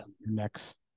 Next